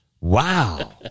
Wow